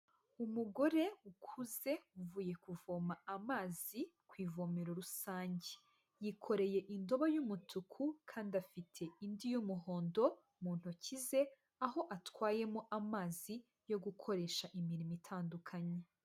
Umugore ukuze uvuye kuvoma amazi ku ivomero rusange, yikoreye indobo y'umutuku kandi afite indi y'umuhondo mu ntoki ze, aho atwayemo amazi yo gukoresha imirimo itandukanye.